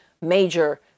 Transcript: major